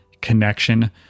connection